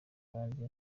abandi